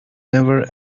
never